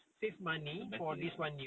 the best thing ah